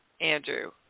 Andrew